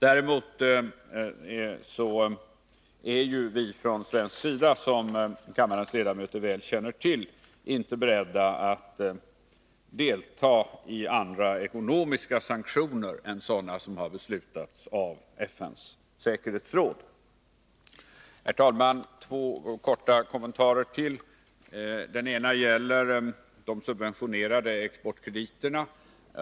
Däremot är vi från svensk sida, som kammarens ledamöter mycket väl känner till, inte beredda att delta i andra ekonomiska sanktioner än sådana som har beslutats av FN:s säkerhetsråd. Herr talman! Ytterligare två korta kommentarer. Den ena gäller de subventionerade exportkrediterna.